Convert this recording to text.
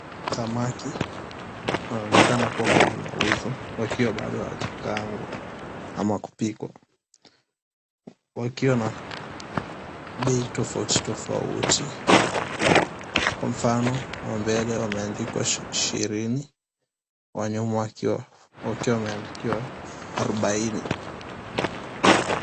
Samaki wanaonekana kuwa kwenye mauzo wakiwa bado hawaa hawajakaangwa ama kupikwa, wakiwa na bei tofauti tofauti kwa mfano wa mbele wameandikwa shilingi ishirini wanyuma wameendikwa shilingi ishirini